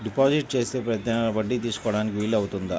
Deposit చేస్తే ప్రతి నెల వడ్డీ తీసుకోవడానికి వీలు అవుతుందా?